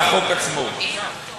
קודם מילה על החייל ואחר כך לעניין.